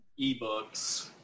eBooks